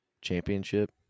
championship